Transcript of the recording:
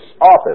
office